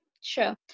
Sure